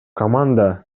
команда